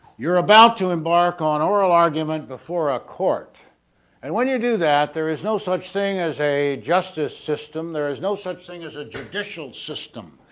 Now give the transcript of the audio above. you're about to embark on oral argument before a court and when you do that there is no such thing as a justice system. there is no such thing as a judicial system.